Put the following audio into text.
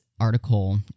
article